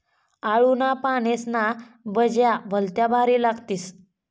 आळूना पानेस्न्या भज्या भलत्या भारी लागतीस